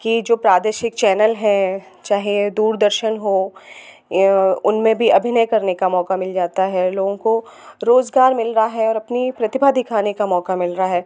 कि जो प्रादेशिक चैनल हैं चाहे दूरदर्शन हों उनमें भी अभिनय करने का मौका मिल जाता है लोगों को रोज़गार मिल रहा है और अपनी प्रतिभा दिखाने का मौका मिल रहा है